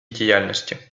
діяльності